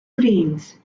ravines